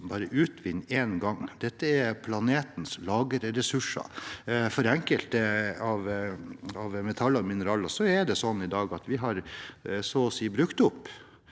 bare én gang. Dette er planetens lagerressurser. For enkelte metaller og mineraler er det sånn i dag at vi så å si har brukt opp